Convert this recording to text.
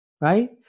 right